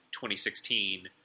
2016